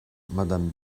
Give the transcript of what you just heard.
madame